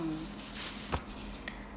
mm